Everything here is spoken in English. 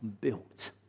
built